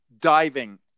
diving